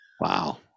wow